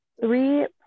three